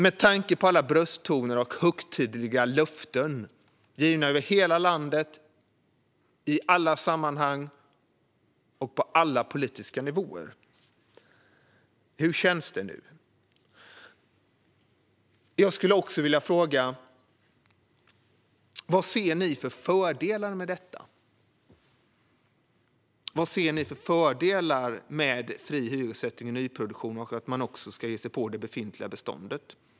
Med tanke på alla brösttoner och högtidliga löften givna över hela landet i alla sammanhang och på alla politiska nivåer undrar jag: Hur känns det nu? Jag skulle också vilja fråga vad ni ser för fördelar med detta. Vad ser ni för fördelar med fri hyressättning i nyproduktion och att man också ska ge sig på det befintliga beståndet?